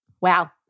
wow